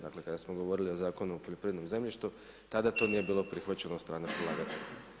Dakle, kada smo govorili o Zakonu o poljoprivrednom zemljištu tada to nije bilo prihvaćeno od strane predlagatelja.